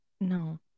No